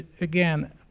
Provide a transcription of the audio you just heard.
again